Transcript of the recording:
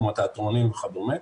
כמו התיאטראות וכדומה.